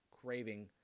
craving